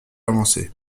avancé